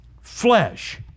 flesh